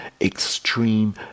extreme